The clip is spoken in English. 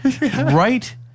right